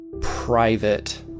private